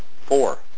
four